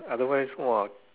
otherwise !wah!